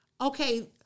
okay